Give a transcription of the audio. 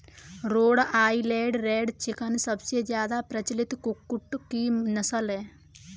road Island Red chicken सबसे ज्यादा प्रचलित कुक्कुट की नस्ल है